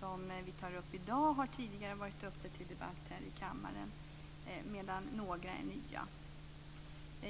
som vi tar upp i dag har tidigare varit uppe till debatt här i kammaren, medan några är nya.